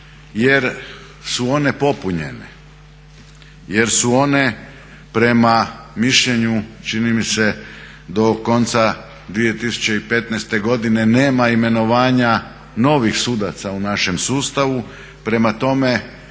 jer su one popunjene jer su one prema mišljenju čini mi se do konca 2015.godine nema imenovanja novih sudaca u našem sustavu, prema tome